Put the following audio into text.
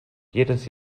jedes